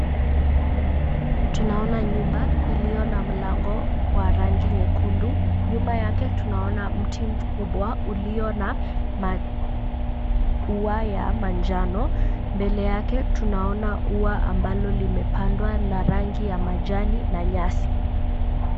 Tunaona nyumba iliyo na mlango wa rangi nyekundu. Nyuma yake tunaona mti mkubwa ulio na maua ya manjano. Mbele yake tunaona ua ambalo limepandwa la rangi ya majani na nyasi.